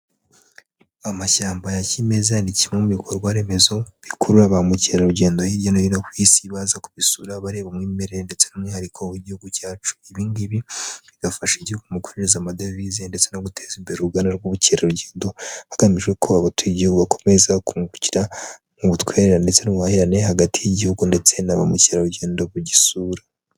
Amashyamba ya kimeza ni kimwe mu bikorwa remezo, bikurura ba mukerarugendo hirya no hino ku isi baza kubisura bareba umwimerere ndetse n'umwihariko w'igihugu cyacu. Ibi ngibi bigafasha igihugu mu kwinjiza amadevize ndetse no guteza imbere uruganda rw'ubukerarugendo, hagamijwe ko abatuye Igihugu bakomeza kungukira mu butwererane ndetse n'ubuhahirane hagati y'igihugu ndetse na ba mukerarugendo bugisura.